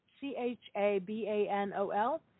C-H-A-B-A-N-O-L